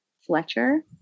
Fletcher